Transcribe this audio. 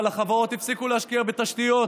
אבל החברות הפסיקו להשקיע בתשתיות,